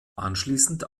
anschließend